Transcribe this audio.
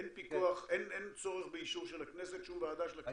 אין צורך באישור של שום ועדה של הכנסת?